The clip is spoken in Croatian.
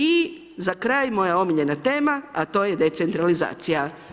I za kraj moja omiljena tema a to je decentralizacija.